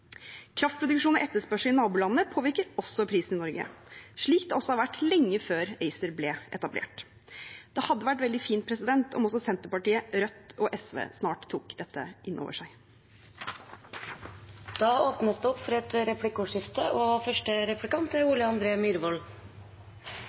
Kraftproduksjon og etterspørsel i nabolandene påvirker også prisen i Norge, slik det også har vært lenge før ACER ble etablert. Det hadde vært veldig fint om også Senterpartiet, Rødt og SV snart tok dette innover seg. Det